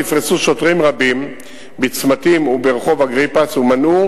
נפרסו שוטרים רבים בצמתים וברחוב אגריפס ומנעו